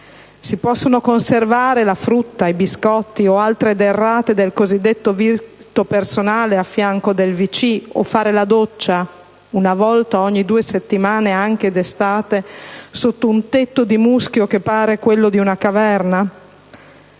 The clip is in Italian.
Si possono conservare la frutta, i biscotti, le altre derrate del cosiddetto vitto personale di fianco ai wc o fare la doccia (una volta ogni due settimane, anche d'estate) sotto un tetto di muschio, che pare quello di una caverna?